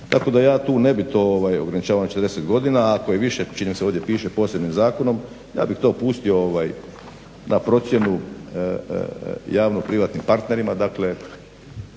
Tako da ja tu ne bih to ograničavao na 40 godina, a ako je više, čini mi se ovdje piše posebnim zakonom ja bih to pustio na procjenu javno-privatnim partnerima,